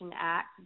Act